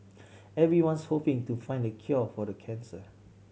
everyone's hoping to find the cure for cancer